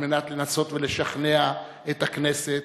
לנסות לשכנע את הכנסת